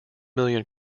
million